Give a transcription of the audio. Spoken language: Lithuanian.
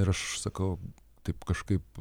ir aš sakau taip kažkaip